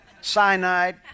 cyanide